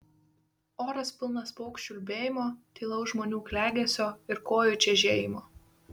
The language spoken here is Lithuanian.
oras pilnas paukščių ulbėjimo tylaus žmonių klegesio ir kojų čežėjimo